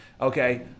Okay